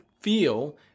feel